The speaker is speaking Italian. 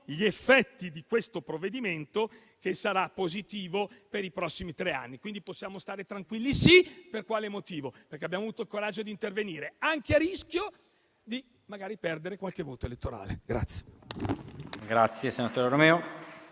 gli effetti di questo provvedimento, che sarà positivo per i prossimi tre anni. Quindi possiamo stare tranquilli? Sì. Per quale motivo? Abbiamo avuto il coraggio di intervenire, anche a rischio di perdere magari qualche voto elettorale.